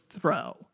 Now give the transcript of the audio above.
throw